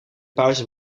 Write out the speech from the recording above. pauze